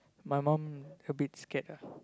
my mum a bit scared ah